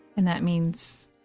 and that means,